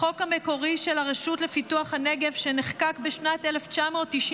בחוק המקורי של הרשות לפיתוח הנגב, שנחקק ב-1991,